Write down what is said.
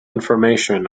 information